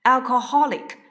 Alcoholic